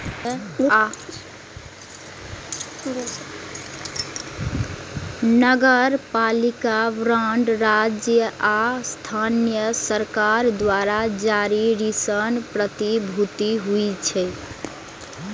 नगरपालिका बांड राज्य आ स्थानीय सरकार द्वारा जारी ऋण प्रतिभूति होइ छै